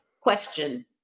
question